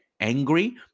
angry